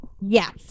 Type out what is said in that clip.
Yes